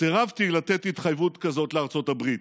סירבתי לתת התחייבות כזאת לארצות הברית,